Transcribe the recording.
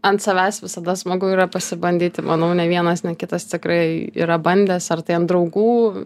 ant savęs visada smagu yra pasibandyti manau nei vienas kitas tikrai yra bandęs ar tai ant draugų